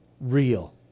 Real